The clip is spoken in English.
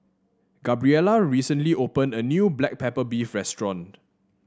Gabriela recently opened a new Black Pepper Beef restaurant